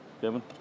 Kevin